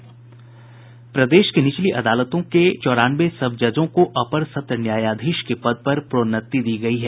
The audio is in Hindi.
प्रदेश की निचली अदालतों में पदस्थापित चौरानवे सब जजों को अपर सत्र न्यायाधीश के पद पर प्रोन्नति दी गयी है